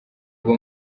uba